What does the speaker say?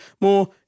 more